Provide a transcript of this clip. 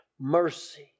mercy